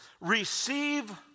Receive